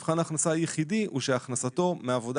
מבחן ההכנסה היחידי הוא שהכנסתו מעבודה